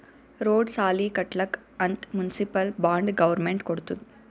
road, ಸಾಲಿ ಕಟ್ಲಕ್ ಅಂತ್ ಮುನ್ಸಿಪಲ್ ಬಾಂಡ್ ಗೌರ್ಮೆಂಟ್ ಕೊಡ್ತುದ್